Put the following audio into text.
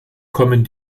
kommen